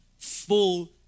full